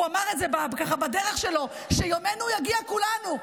הוא אמר את זה ככה בדרך שלו, שיומנו יגיע, כולנו.